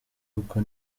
kuko